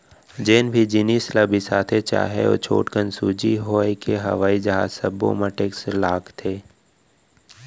जेन भी जिनिस ल बिसाथे चाहे ओ छोटकन सूजी होए के हवई जहाज सब्बो म टेक्स लागथे